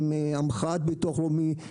עם המחאה מביטוח לאומי.